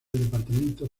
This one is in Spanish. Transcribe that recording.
departamento